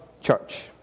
church